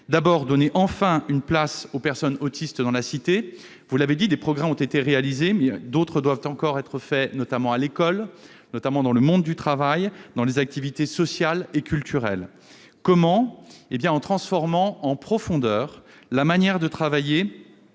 d'abord de donner enfin une place aux personnes autistes dans la cité. Vous l'avez dit, des progrès ont été réalisés à cet égard, mais d'autres doivent encore l'être, notamment à l'école, dans le monde du travail, dans les activités sociales et culturelles, en transformant en profondeur la manière de travailler